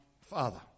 Father